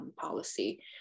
policy